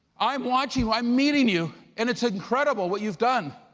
i'm watching you, i'm meeting you and it's incredible what you've done,